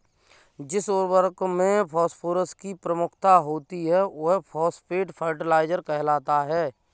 जिस उर्वरक में फॉस्फोरस की प्रमुखता होती है, वह फॉस्फेट फर्टिलाइजर कहलाता है